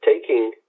taking